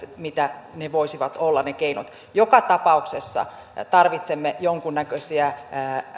mitä ne keinot voisivat olla joka tapauksessa tarvitsemme jonkunnäköisiä